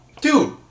dude